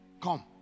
Come